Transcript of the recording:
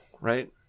right